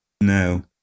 No